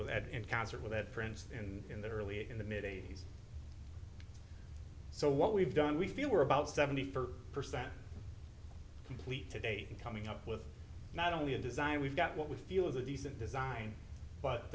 with that in concert with that prince and in the early in the mid eighty's so what we've done we feel we're about seventy percent complete today and coming up with not only a design we've got what we feel is a decent design but